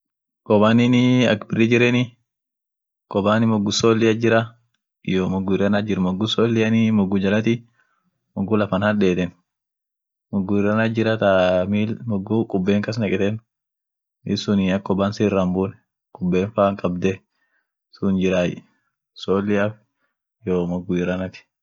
Maavulinii won biri kabdi barw handliit jira barw harkaan kabeten, iyoo barw irana won ak bokea fa au adufa siira dogort iran kaava iranasun wonsunt bokefa au adufa doorga, mugu handoliit jira tuun chumole kakala, ka woni irana sun kabe jabeesiit jirai won arfeen sun.